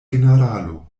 generalo